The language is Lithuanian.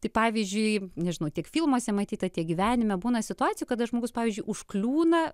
tai pavyzdžiui nežinau tiek filmuose matyta tiek gyvenime būna situacijų kada žmogus pavyzdžiui užkliūna